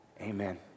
Amen